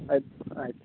ಆಯ್ತು ಆಯ್ತು